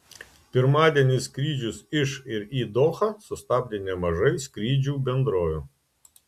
pirmadienį skrydžius iš ir į dohą sustabdė nemažai skrydžių bendrovių